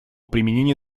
применение